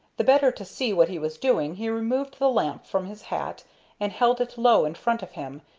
the better to see what he was doing, he removed the lamp from his hat and held it low in front of him,